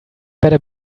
better